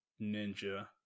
ninja